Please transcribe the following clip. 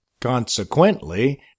Consequently